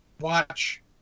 Watch